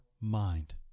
mind